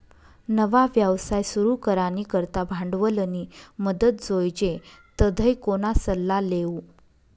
नवा व्यवसाय सुरू करानी करता भांडवलनी मदत जोइजे तधय कोणा सल्ला लेवो